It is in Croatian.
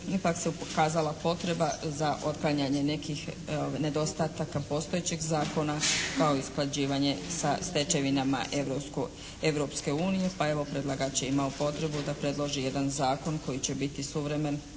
ipak se pokazala potreba za otklanjanje nekih nedostataka postojećeg zakona kao usklađivanje sa stečevinama Europske unije, pa evo predlagač je imao potrebu da predloži jedan zakon koji će biti suvremen